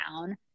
down